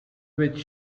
which